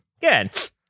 Good